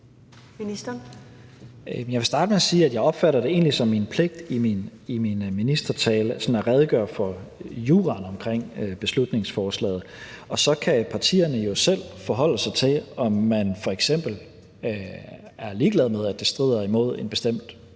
Jeg vil starte med at sige, at jeg egentlig opfatter det som min pligt i min ministertale sådan at redegøre for juraen omkring beslutningsforslaget, og så kan partierne jo selv forholde sig til, om man f.eks. er ligeglad med, at det strider imod en bestemt